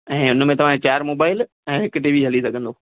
ऐं हुनमें तव्हांजा चारि मोबाइल ऐं हिक टी वी हली सघंदो